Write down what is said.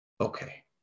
okay